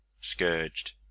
scourged